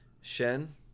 Shen